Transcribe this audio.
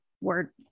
word